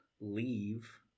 leave